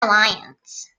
alliance